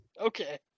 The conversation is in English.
Okay